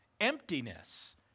emptiness